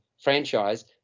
franchise